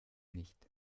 nicht